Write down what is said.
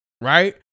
Right